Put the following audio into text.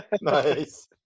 nice